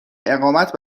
اقامت